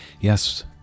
yes